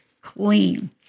clean